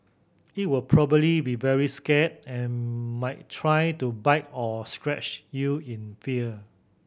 it will probably be very scared and might try to bite or scratch you in fear